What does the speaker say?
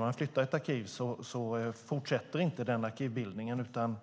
När ett arkiv flyttas fortsätter inte den arkivbildningen, utan